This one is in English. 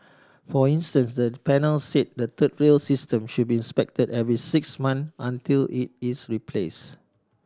for instance the panel said the third rail system should be inspected every six months until it is replace